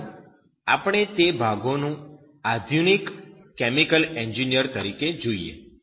ચાલો આપણે તે ભાગોને આધુનિક કેમિકલ એન્જિનિયર તરીકે જોઈએ